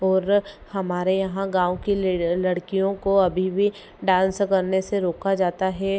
और हमारे यहाँ गाँव की लड़कियों को अभी भी डान्स करने से रोका जाता है